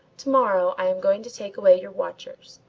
to-morrow i am going to take away your watchers,